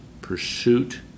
pursuit